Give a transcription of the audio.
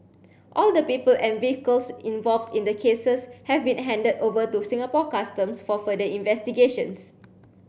all the people and vehicles involved in the cases have been handed over to Singapore Customs for further investigations